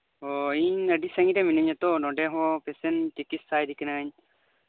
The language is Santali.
ᱚ ᱤᱧ ᱟᱹᱰᱤ ᱥᱟᱹᱜᱤᱧ ᱨᱮ ᱢᱤᱱᱟᱹᱧᱟ ᱛᱚ ᱱᱚᱰᱮ ᱦᱚᱸ ᱯᱮᱥᱮᱱᱴ ᱪᱤᱠᱤᱛᱥᱟ ᱦᱮᱡ ᱠᱟᱱᱟᱹᱧ